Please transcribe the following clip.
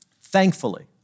Thankfully